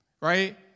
Right